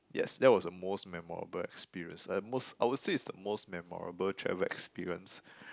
yes that was the most memorable experience the most I will say it's the most memorable travel experience